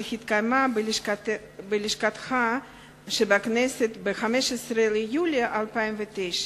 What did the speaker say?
שהתקיימה בלשכתך בכנסת ב-15 ביולי 2009,